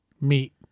Meat